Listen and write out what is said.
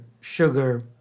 sugar